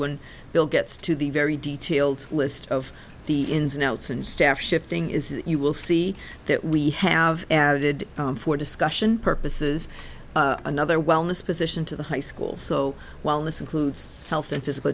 when bill gets to the very detailed list of the ins and outs and staff shifting is you will see that we have added for discussion purposes another wellness position to the high school so while this includes health and physical